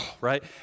right